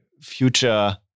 future